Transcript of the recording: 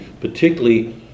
particularly